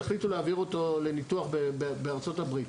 והחליטו להעביר אותו לניתוח בארצות הברית.